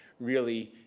really.